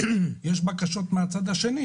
יש בקשות מן הצד השני,